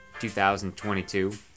2022